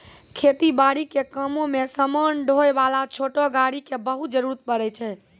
खेती बारी के कामों मॅ समान ढोय वाला छोटो गाड़ी के बहुत जरूरत पड़ै छै